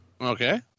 Okay